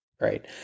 right